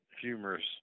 humorous